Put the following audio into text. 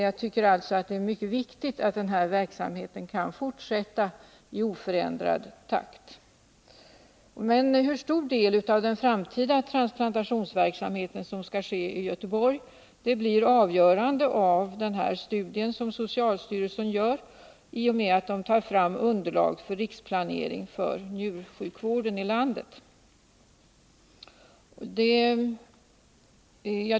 Jag tycker alltså att det är mycket viktigt att denna verksamhet kan fortsätta i oförändrad takt. Men hur stor del av den framtida transplantationsverksamheten som skall ske i Göteborg blir avgörande av den studie som socialstyrelsen gör i och med att man tar fram underlag för riksplaneringen av njursjukvården i landet.